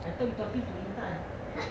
I think talking to intan